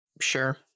sure